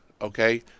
okay